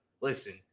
listen